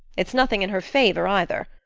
it's nothing in her favour, either.